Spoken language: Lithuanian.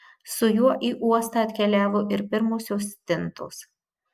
su juo į uostą atkeliavo ir pirmosios stintos